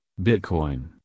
Bitcoin